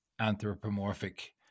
anthropomorphic